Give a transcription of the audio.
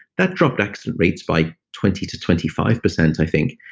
that dropped accident rates by twenty to twenty five percent, i think.